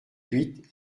huit